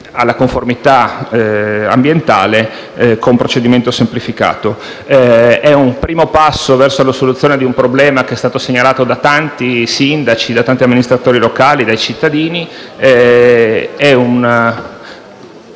alla conformità ambientale, con procedimento semplificato. Si tratta di un primo passo verso la soluzione di un problema che è stato segnalato da tanti sindaci, da tanti amministratori locali e dai cittadini. In